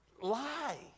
Lie